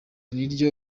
niryo